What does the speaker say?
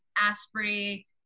asprey